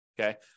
Okay